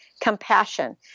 compassion